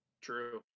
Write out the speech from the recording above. True